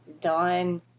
done